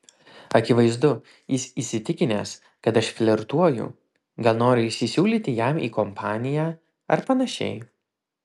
akivaizdu jis įsitikinęs kad aš flirtuoju gal noriu įsisiūlyti jam į kompaniją ar panašiai